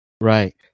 Right